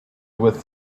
with